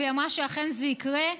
והיא אמרה שאכן זה יקרה,